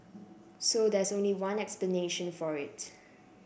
so there's only one explanation for it